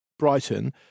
Brighton